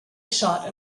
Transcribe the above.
shot